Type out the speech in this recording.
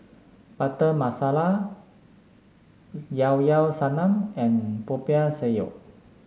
Butter Masala Llao Llao Sanum and Popiah Sayur